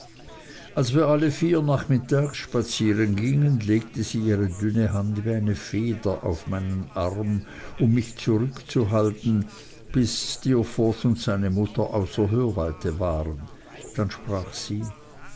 als wir alle vier nachmittags spazieren gingen legte sie ihre dünne hand wie eine feder auf meinen arm um mich zurückzuhalten bis steerforth und seine mutter außer hörweite waren dann sprach sie